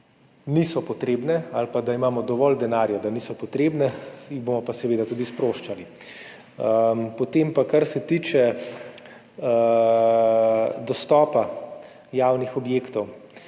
niso potrebne ali da imamo dovolj denarja, da niso potrebne, jih bomo pa seveda tudi sproščali. Kar se tiče dostopa javnih objektov.